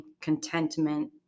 contentment